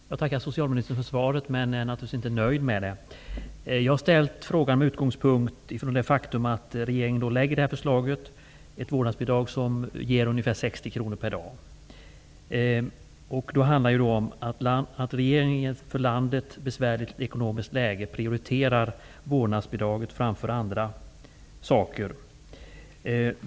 Herr talman! Jag tackar socialministern för svaret men är naturligtvis inte nöjd med det. Jag har ställt frågan med utgångspunkt i det faktum att regeringen lägger fram ett förslag om ett vårdnadsbidrag som ger ungefär 60 kr per dag. Det handlar om att regeringen i ett för landet besvärligt ekonomiskt läge prioriterar vårdnadsbidraget framför andra saker.